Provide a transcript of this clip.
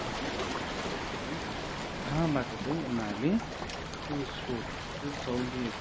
हात छ है जहाँबाट चाहिँ उनीहरूले त्यो स्रोत त्यो साहुलियत